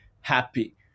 happy